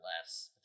less